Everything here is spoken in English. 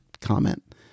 comment